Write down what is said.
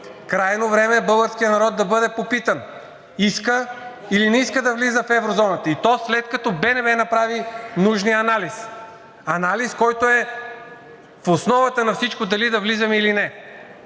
Крайно време е българският народ да бъде попитан иска, или не иска да влиза в еврозоната, и то след като БНБ направи нужния анализ. Анализ, който е в основата на всичко, дали да влизаме или не.